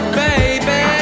baby